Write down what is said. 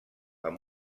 amb